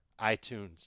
iTunes